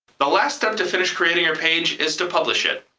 the last step to finish creating your page is to publish it.